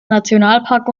nationalpark